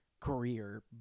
career